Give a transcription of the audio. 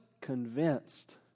convinced